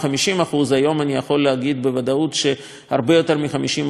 כיום אני יכול להגיד בוודאות שהרבה יותר מ-50% נובע,